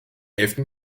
elften